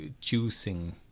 choosing